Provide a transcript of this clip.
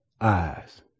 eyes